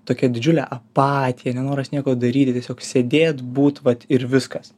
tokia didžiulė apatija nenoras nieko daryti tiesiog sėdėt būt vat ir viskas